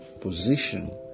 position